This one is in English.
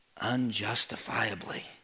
Unjustifiably